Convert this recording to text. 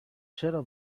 چرا